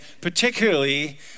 particularly